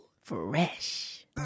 Fresh